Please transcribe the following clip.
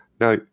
Now